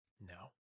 no